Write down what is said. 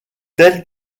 tel